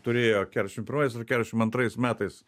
turėjo keturiasdešimt pirmais ar keturiasdešimt antrais metais